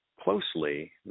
closely